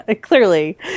Clearly